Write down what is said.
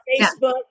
Facebook